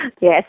Yes